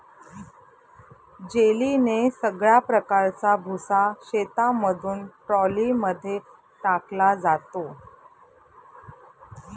जेलीने सगळ्या प्रकारचा भुसा शेतामधून ट्रॉली मध्ये टाकला जातो